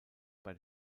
bei